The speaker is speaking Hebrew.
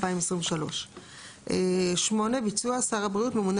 12 ביולי 2023. אני מתכבד לפתוח את ישיבת ועדת הבריאות הבוקר